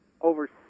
over